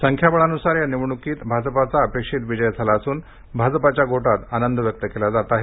संख्याबळानुसार या निवडणुकीत भाजपचा अपेक्षित विजय झाला असून भाजपच्या गोटात आनंद व्यक्त केला जात आहे